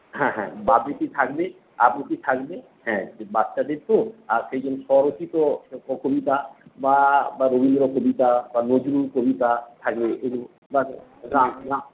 হ্যাঁ হ্যাঁ বাবৃতি থাকবে আবৃতি থাকবে হ্যাঁ বাচ্চাদের তো আর সেই জন্য স্বরচিত কবিতা বা রবীন্দ্র কবিতা বা নজরুল কবিতা থাকবে